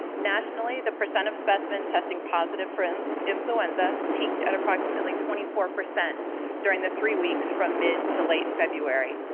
nationally the percent of specimens testing positive for and influenza peaked at approximately twenty four percent during the three weeks from mid to late february,